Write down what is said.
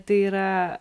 tai yra